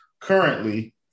currently